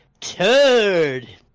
turd